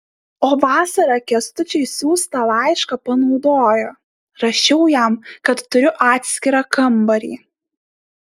o vasarą kęstučiui siųstą laišką panaudojo rašiau jam kad turiu atskirą kambarį